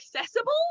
accessible